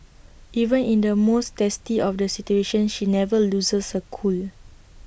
even in the most testy of the situations she never loses her cool